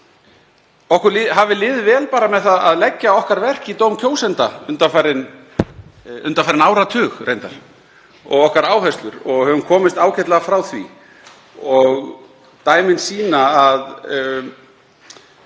að okkur hafi liðið vel með það að leggja okkar verk í dóm kjósenda undanfarinn áratug reyndar og okkar áherslur og höfum komist ágætlega frá því. Dæmin sýna,